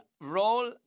role